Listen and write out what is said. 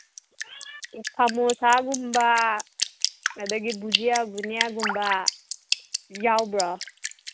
ꯁꯃꯣꯁꯥꯒꯨꯝꯕ ꯑꯗꯒꯤ ꯕꯨꯖꯤꯌꯥ ꯕꯨꯅꯤꯌꯥꯒꯨꯝꯕ ꯌꯥꯎꯕ꯭ꯔꯣ